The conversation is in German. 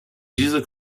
diese